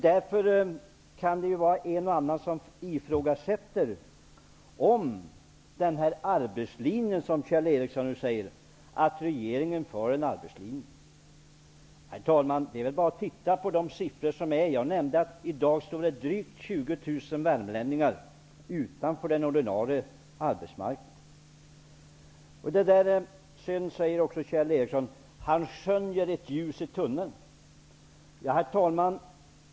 Därför kan det vara en och annan som ifrågasätter om regeringen för den här arbetslinjen, som Kjell Ericsson säger. Herr talman! Det är väl bara att titta på de siffror som finns. Jag nämnde att det i dag står drygt 20 000 värmlänningar utanför den ordinarie arbetsmarknaden. Kjell Ericsson säger också att han skönjer ett ljus i tunneln. Herr talman!